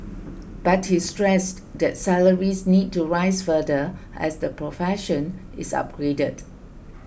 but he stressed that salaries need to rise further as the profession is upgraded